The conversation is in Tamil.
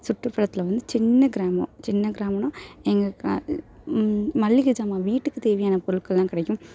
சுற்றுப்புறத்தில் வந்து சின்னக் கிராமம் சின்னக் கிராமனா எங்கள் மளிகை ஜாமான் வீட்டுக்கு தேவையான பொருட்கள்லாம் கிடைக்கும்